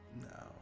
No